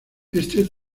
este